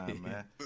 man